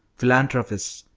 philanthropists,